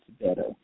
better